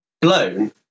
blown